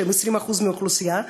שהם 20% מהאוכלוסייה,